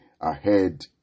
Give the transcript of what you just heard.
ahead